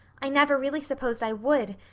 i never really supposed i would,